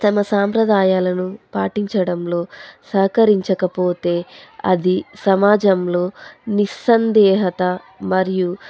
తమ సాంప్రదాయాలను పాటించడంలో సహకరించకపోతే అది సమాజంలో నిసందేహత మరియు